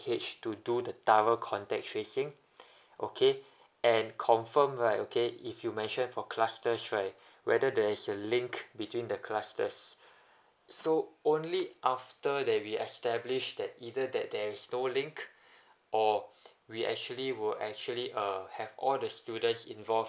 to do the thorough contact tracing okay and confirm right okay if you mention for clusters right whether there is a link between the clusters so only after that we establish that either that there is no link or we actually were actually uh have all the students involve